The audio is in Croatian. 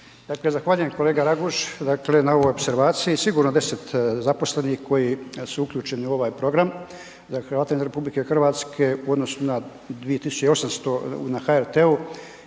zahvaljujem kolega Raguž na ovoj opservaciji, sigurno 10 zaposlenih koji su uključeni u ovaj program za Hrvate izvan RH u odnosu na 2800 na HRT-u